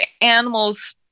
animals